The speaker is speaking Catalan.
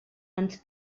ens